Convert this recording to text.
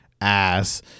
Ass